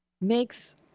makes